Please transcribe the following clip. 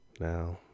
now